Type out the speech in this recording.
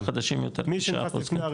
החדשים יותר תשעה אחוז.